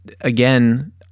again